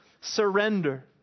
surrender